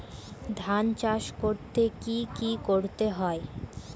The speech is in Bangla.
ধান চাষ করতে কি কি করতে হয়?